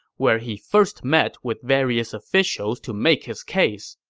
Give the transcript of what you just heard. where he first met with various officials to make his case.